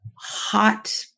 hot